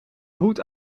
hoed